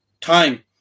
time